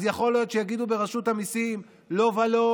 אז יכול להיות שיגידו ברשות המיסים: לא ולא,